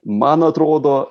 man atrodo